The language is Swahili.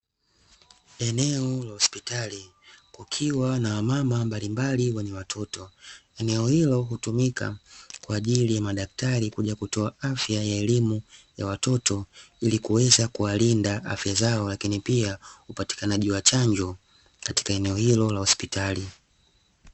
Eneo la Hospitali kukiwa na wamama mbalimbali wenye Watoto. Eneo hilo hutumika kwa ajili ya madaktari kuja kutoa afya ya elimu ya watoto ili kuweza kuwalinda afya zao lakini pia upatikanaji wa chanjo katika eneo hilo la hospitali.